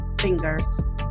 fingers